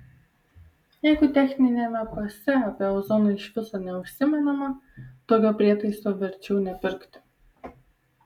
jeigu techniniame pase apie ozoną iš viso neužsimenama tokio prietaiso verčiau nepirkti